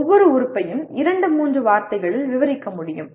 ஒவ்வொரு உறுப்பையும் இரண்டு மூன்று வார்த்தைகளில் விவரிக்க முடியும்